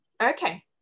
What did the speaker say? Okay